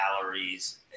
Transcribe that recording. calories